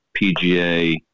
PGA